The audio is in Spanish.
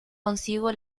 consigo